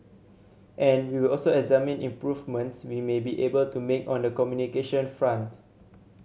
and we will also examine improvements we may be able to make on the communication front